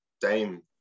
Dame